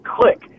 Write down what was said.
click